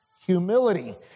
humility